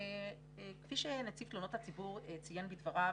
כפי שנציב תלונות הציבור ציין בדבריו,